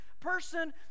person